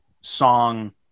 song